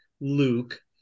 Luke